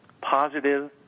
positive